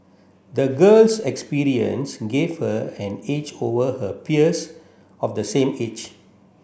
the girl's experience gave her an edge over her peers of the same age